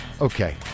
okay